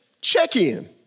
check-in